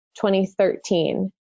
2013